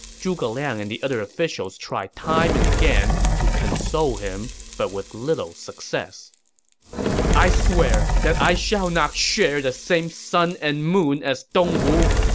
zhuge liang and the other officials tried time and again to console him, but with little success i swear that i shall not share the same sun and moon as dongwu!